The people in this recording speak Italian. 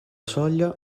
soglia